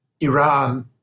Iran